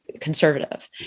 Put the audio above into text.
conservative